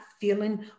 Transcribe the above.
feeling